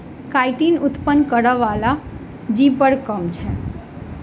chitin उत्पन्न करय बला जीव बड़ कम अछि